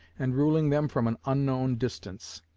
and ruling them from an unknown distance.